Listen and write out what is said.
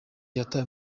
yatawe